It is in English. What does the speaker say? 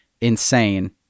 insane